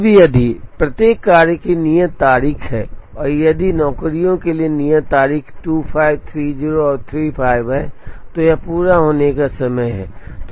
अब यदि प्रत्येक कार्य की नियत तारीख है और यदि नौकरियों के लिए नियत तारीख 25 30 और 35 है तो यह पूरा होने का समय है